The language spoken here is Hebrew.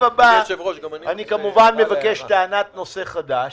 אני כמובן מבקש טענת נושא חדש.